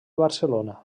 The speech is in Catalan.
barcelona